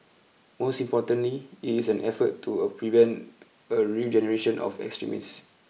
most importantly it is an effort to prevent a regeneration of extremists